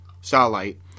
Starlight